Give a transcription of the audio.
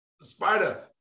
spider